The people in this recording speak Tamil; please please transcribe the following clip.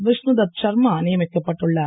விஷ்ணுதத் சர்மா நியமிக்கப்பட்டு உள்ளார்